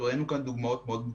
וראינו כאן דוגמאות מאוד מוצלחות.